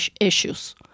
issues